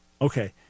Okay